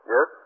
Yes